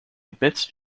admits